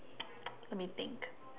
let me think